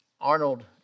Arnold